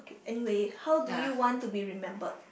anyway how do you want to be remembered